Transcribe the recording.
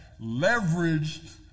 leveraged